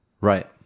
Right